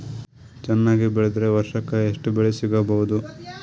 ಚೆನ್ನಾಗಿ ಬೆಳೆದ್ರೆ ವರ್ಷಕ ಎಷ್ಟು ಬೆಳೆ ಸಿಗಬಹುದು?